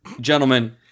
Gentlemen